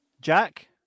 Jack